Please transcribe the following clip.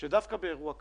שדווקא באירוע כזה,